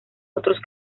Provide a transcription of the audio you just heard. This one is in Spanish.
otros